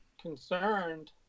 concerned